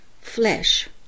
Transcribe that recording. flesh